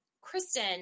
Kristen